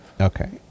Okay